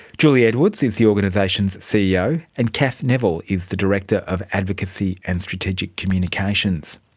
julie edwards is the organisation's ceo, and cath neville is the director of advocacy and strategic communications.